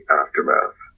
aftermath